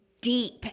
deep